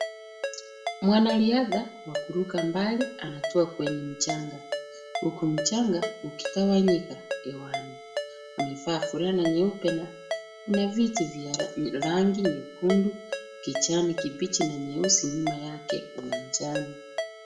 Mwanariadha wa kuruka mbali, anatua kwenye mchanga, huku mchanga ukitawanyika hewani. Amevaa fulana nyeupe, na kuna viti vya rangi nyekundu, kijani kibichi, na nyeusi, nyuma yake uwanjani.